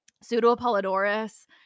Pseudo-Apollodorus